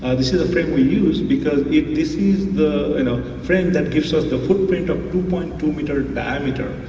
ah this is the frame we used, because this is the you know frame that gives us the footprint of two point two meter diameter.